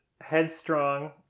headstrong